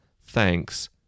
Thanks